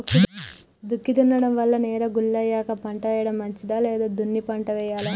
దుక్కి దున్నడం వల్ల నేల గుల్ల అయ్యాక పంట వేయడం మంచిదా లేదా దున్ని పంట వెయ్యాలా?